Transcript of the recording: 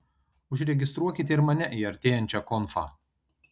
užregistruokite ir mane į artėjančią konfą